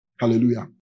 Hallelujah